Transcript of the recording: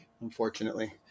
unfortunately